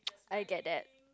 I get that